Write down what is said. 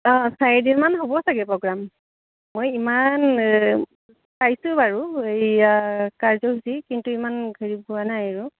অঁ চাৰিদিনমান হ'ব চাগে প্ৰগ্ৰাম মই ইমান পাইছোঁ বাৰু এইয়া কাৰ্যসূচী কিন্তু ইমান হেৰি হোৱা নাই আৰু